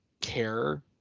care